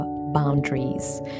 boundaries